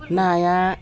नाया